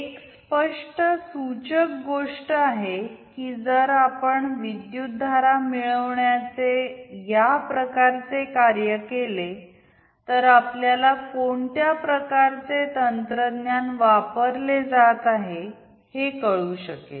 एक स्पष्ट सूचक गोष्ट आहे की जर आपण विद्युतधारा मिळवण्याचे या प्रकारचे कार्य केले तर आपल्याला कोणत्या प्रकारचे तंत्रज्ञान वापरले जात आहे ते कळू शकेल